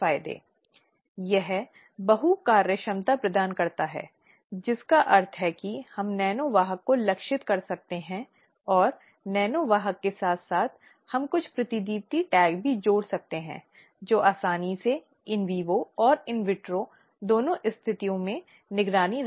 यदि वह सुलह जैसे अनौपचारिक तंत्र के लिए जाना चाहती है तो यह उसके अनुरोध पर है कि आंतरिक शिकायत समिति इस तरह की प्रक्रिया शुरू कर सकती है और फिर यह पीड़ित और दूसरी पार्टी पर निर्भर करती है कि वह चर्चा करने और निर्णय करने के लिए परेशान है उस उद्देश्य के लिए क्या उपाय या कदम या शर्तें रखी जानी हैं